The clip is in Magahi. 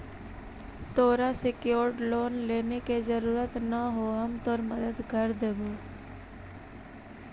तोरा सेक्योर्ड लोन लेने के जरूरत न हो, हम तोर मदद कर देबो